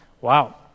Wow